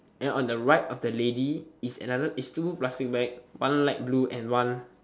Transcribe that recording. and on the right of the lady is another is two plastic bags one light blue and one